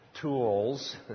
tools